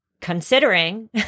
considering